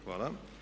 Hvala.